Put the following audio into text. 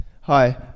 Hi